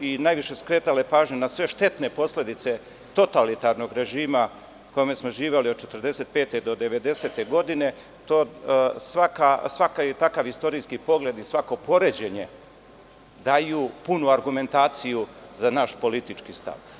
i najviše skretale pažnju na sve štetne posledice totalitarnog režima u kome smo živeli od 1945. do 1990. godine, svaki takav istorijski pogled i svako poređenje daju punu argumentaciju za naš politički stav.